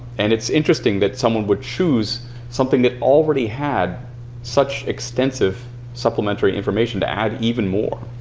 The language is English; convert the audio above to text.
and it's interesting that someone would choose something that already had such extensive supplementary information to add even more.